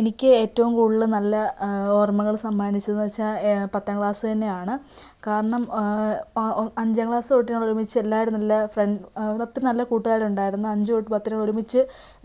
എനിക്ക് ഏറ്റവും കൂടുതൽ നല്ല ഓർമ്മകൾ സമ്മാനിച്ചതെന്ന് വെച്ചാൽ പത്താം ക്ലാസ് തന്നെയാണ് കാരണം അഞ്ചാം ക്ലാസ് തൊട്ട് ഞങ്ങളൊരുമിച്ച് എല്ലാവരും നല്ല ഫ്രൺ അത്രയും നല്ല കൂട്ടുകാരുണ്ടായിരുന്നു അഞ്ച് തൊട്ട് പത്ത് വരെ ഒരുമിച്ച്